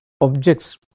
objects